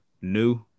new